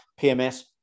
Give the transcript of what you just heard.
pms